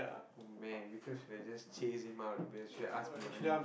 oh man Vikram should have just chased him out because should ask for money